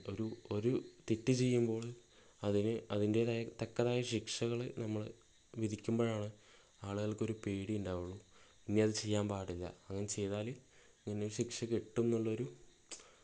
ഒരു ഒരു തെറ്റുചെയ്യുമ്പോൾ അതിന് അതിൻ്റെതായ തക്കതായ ശിക്ഷകള് നമ്മള് വിധിക്കുമ്പോഴാണ് ആളുകൾക്കൊരു പേടി ഉണ്ടാവുള്ളൂ ഇനി അത് ചെയ്യാൻ പാടില്ല അങ്ങനെ ചെയ്താല് ഇനി ശിക്ഷകിട്ടും എന്നുള്ളൊരു